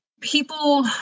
people